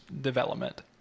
development